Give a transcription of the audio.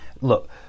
look